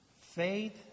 faith